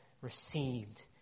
received